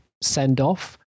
send-off